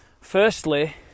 firstly